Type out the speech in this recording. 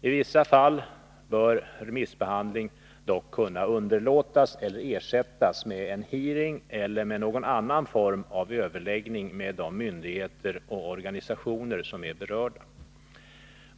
I vissa fall bör remissbehandling dock kunna underlåtas eller ersättas med en hearing eller med någon annan form av överläggning med de myndigheter och organisationer som är berörda.